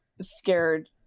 scared